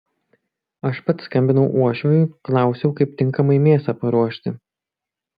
aš pats skambinau uošviui klausiau kaip tinkamai mėsą paruošti